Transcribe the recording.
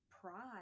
pride